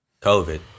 COVID